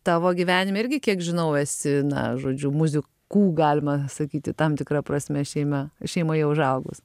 tavo gyvenime irgi kiek žinau esi na žodžiu muzika galima sakyti tam tikra prasme šeima šeimoje užaugus